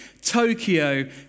Tokyo